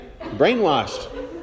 Brainwashed